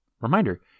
reminder